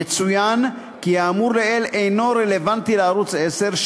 יצוין כי האמור לעיל אינו רלוונטי לערוץ 10,